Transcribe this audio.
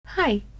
Hi